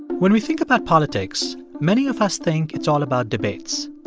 when we think about politics, many of us think it's all about debates,